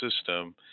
system